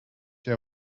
der